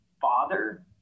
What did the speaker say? father